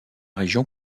région